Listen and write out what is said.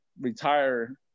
retire